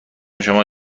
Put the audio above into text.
شما